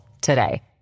today